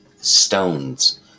Stones